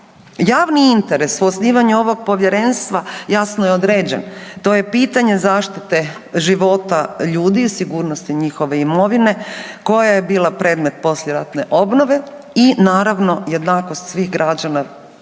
Javni interes u osnivanju ovog Povjerenstva jasno je određen, to je pitanje zaštite života ljudi i sigurnosti njihove imovine koja je bila predmet poslijeratne obnove i naravno jednakost svih građana